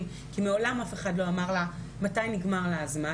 משום שאף אחד לא אמר לה מתי נגמר הזמן,